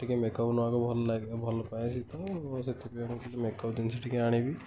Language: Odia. ଟିକେ ମେକଅପ୍ ନେବାକୁ ଭଲ ଲାଗେ ଭଲ ପାଏ ସିଏ ତ ସେଥିପାଇଁ ମୁଁ ଟିକେ ମେକଅପ୍ ଜିନିଷ ଟିକେ ଆଣିବି